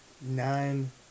nine